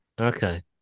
Okay